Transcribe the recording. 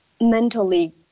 mentally